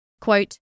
Quote